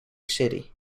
city